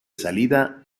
salida